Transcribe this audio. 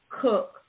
cook